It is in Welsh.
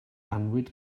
annwyd